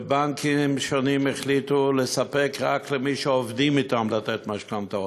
ובנקים שונים החליטו לספק רק למי שעובדים אתם משכנתאות.